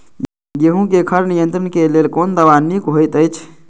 गेहूँ क खर नियंत्रण क लेल कोन दवा निक होयत अछि?